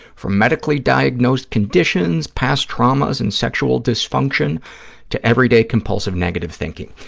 from medically diagnosed conditions, past traumas and sexual dysfunction to everyday compulsive negative thinking.